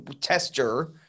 tester